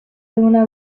alguna